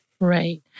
Right